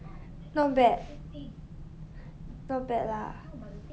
not bad not bad lah